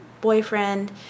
boyfriend